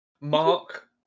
Mark